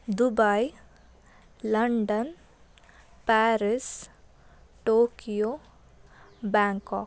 Dubai London Paris Tokyo Bangkok